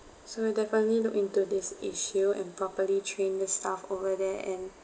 so we'll definitely look into this issue and properly train the staff over there and